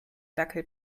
dackel